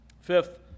Fifth